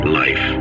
life